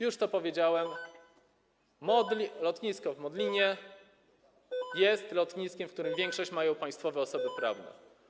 Już to powiedziałem, lotnisko w Modlinie jest lotniskiem, w którym większość mają państwowe osoby prawne.